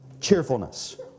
cheerfulness